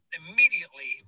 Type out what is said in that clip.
immediately